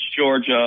Georgia